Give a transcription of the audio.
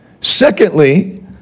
Secondly